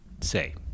say